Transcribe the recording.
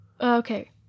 okay